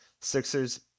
Sixers